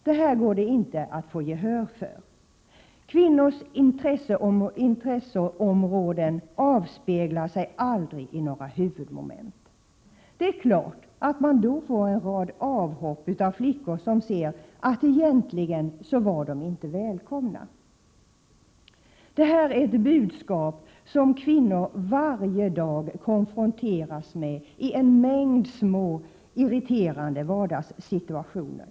Detta går det dock inte att få gehör för. Kvinnors intresseområden avspeglar sig aldrig i några huvudmoment. Det är klart att man då får en rad avhopp av flickor som ser att de egentligen inte var välkomna. Detta budskap konfronteras kvinnor med flera gånger varje dag i en mängd små irriterande vardagssituationer.